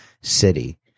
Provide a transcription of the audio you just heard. city